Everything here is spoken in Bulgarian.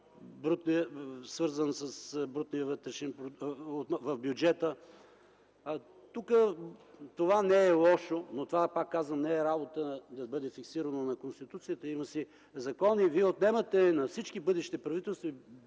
свързан с брутния вътрешен продукт в бюджета, това не е лошо, но пак казвам, не е работа да бъде фиксирано в Конституцията. Има си закон и вие отнемате на всички бъдещи правителства